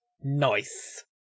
Nice